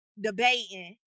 debating